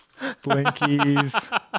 Blinkies